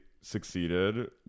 succeeded